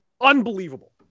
unbelievable